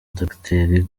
docteur